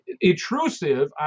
Intrusive